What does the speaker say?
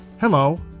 Hello